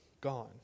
gone